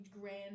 grand